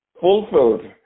fulfilled